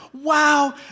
wow